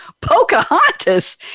Pocahontas